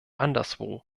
anderswo